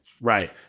right